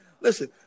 Listen